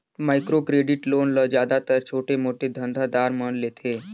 micro credit loan ल जादातर छोटे मोटे धंधा दार मन लेथें